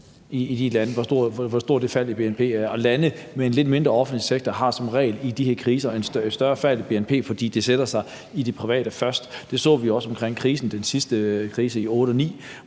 i de lande, for, hvor stort faldet i deres bnp er. Og lande med en lidt mindre offentlig sektor har som regel i de her kriser et større fald i bnp, fordi krisen sætter sig i den private sektor først. Det så vi også i den sidste krise, nemlig